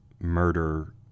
murder